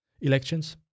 elections